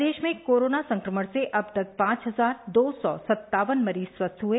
प्रदेश में कोरोना संक्रमण से अब तक पांच हजार दो सौ सत्तावन मरीज स्वस्थ हुए